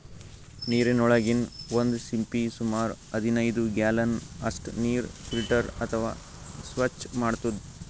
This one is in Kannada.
ನೀರಿನೊಳಗಿನ್ ಒಂದ್ ಸಿಂಪಿ ಸುಮಾರ್ ಹದನೈದ್ ಗ್ಯಾಲನ್ ಅಷ್ಟ್ ನೀರ್ ಫಿಲ್ಟರ್ ಅಥವಾ ಸ್ವಚ್ಚ್ ಮಾಡ್ತದ್